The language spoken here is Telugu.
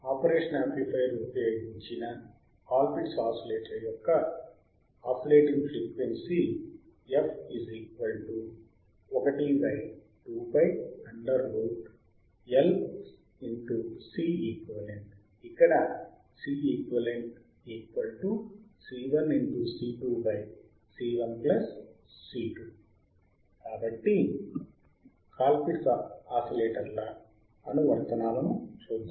కాబట్టి కాల్ పిట్స్ ఆసిలేటర్ల అనువర్తనాలను చూద్దాం